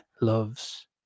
loves